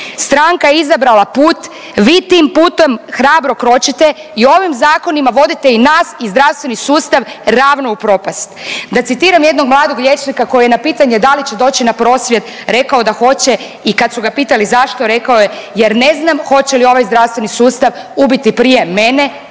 Stranka je izabrala put, vi tim putem hrabro kročite i ovim zakonima vodite i nas i zdravstveni sustav ravno u propast. Da citiram jednog mladog liječnika koji je na pitanje da li će doći na prosvjed rekao da hoće i kad su ga pitali zašto rekao je jer ne znam hoće li ovaj zdravstveni sustav ubiti prije mene